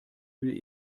will